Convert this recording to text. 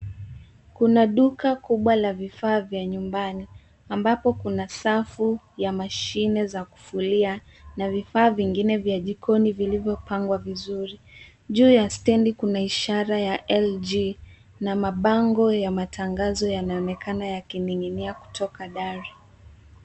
Kuna duka kubwa la vifaa vya nyumbani ambapo kuna safu ya mashine za kufulia na vifaa vingine vya jikoni vilivyopangwa vizuri. Juu ya stendi kuna ishara ya LG na mabango ya matangazo yanaonekana yakining'inia kutoka dari.